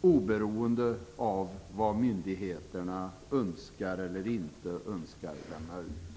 oberoende av vad myndigheterna önskar eller inte önskar lämna ut.